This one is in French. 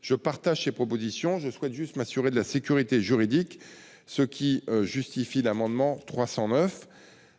Je partage ces propositions. Je souhaite seulement m'assurer de leur sécurité juridique, ce qui justifie l'amendement n° 309.